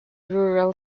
rural